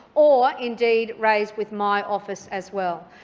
or indeed raised with my office as well.